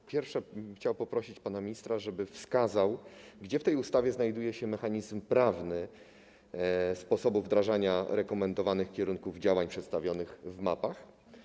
Po pierwsze, chciałbym poprosić pana ministra, żeby wskazał, gdzie w tej ustawie znajduje się mechanizm prawny sposobu wdrażania rekomendowanych kierunków działań przedstawionych w mapach.